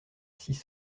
six